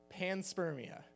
panspermia